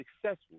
successful